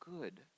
good